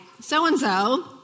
so-and-so